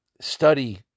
study